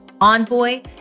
Envoy